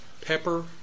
pepper